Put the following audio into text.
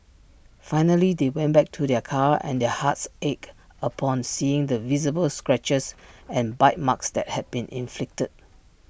finally they went back to their car and their hearts ached upon seeing the visible scratches and bite marks that had been inflicted